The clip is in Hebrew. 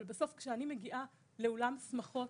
אבל בסוף כשאני מגיעה לאולם שמחות,